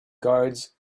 guards